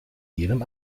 jedem